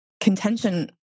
contention